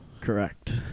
correct